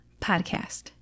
podcast